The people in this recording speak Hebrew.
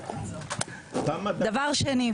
דבר שני,